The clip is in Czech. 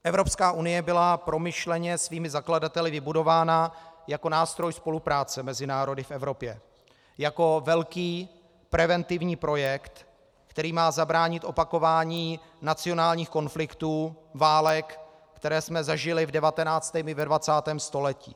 Evropská unie byla promyšleně svými zakladateli vybudována jako nástroj spolupráce mezi národy v Evropě, jako velký preventivní projekt, který má zabránit opakování nacionálních konfliktů, válek, které jsme zažili v 19. i ve 20. století.